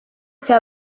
cya